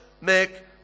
make